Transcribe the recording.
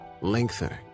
lengthening